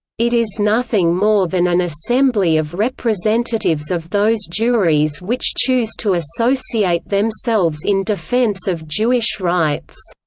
it is nothing more than an assembly of representatives of those jewries which choose to associate themselves in defense of jewish rights.